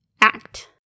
ACT